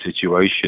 situation